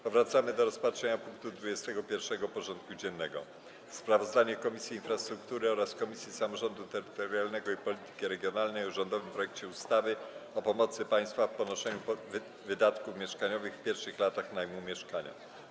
Powracamy do rozpatrzenia punktu 21. porządku dziennego: Sprawozdanie Komisji Infrastruktury oraz Komisji Samorządu Terytorialnego i Polityki Regionalnej o rządowym projekcie ustawy o pomocy państwa w ponoszeniu wydatków mieszkaniowych w pierwszych latach najmu mieszkania.